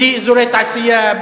בלי אזורי תעשייה,